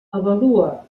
avalua